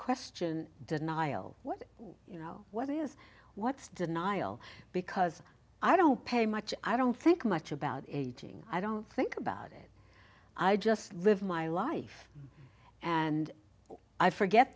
question denial what you know what is what's denial because i don't pay much i don't think much about aging i don't think about it i just live my life and i forget